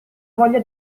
voglia